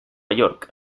york